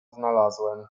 znalazłem